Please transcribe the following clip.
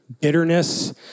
bitterness